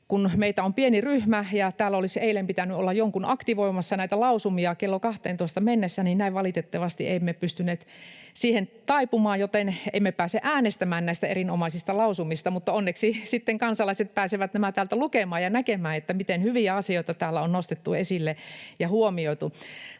kun meitä on pieni ryhmä ja täällä olisi eilen pitänyt olla jonkun aktivoimassa näitä lausumia kello 12:en mennessä, niin valitettavasti emme pystyneet siihen taipumaan, joten emme pääse äänestämään näistä erinomaisista lausumista. Mutta onneksi sitten kansalaiset pääsevät nämä täältä lukemaan ja näkemään, miten hyviä asioita täällä on nostettu esille ja huomioitu.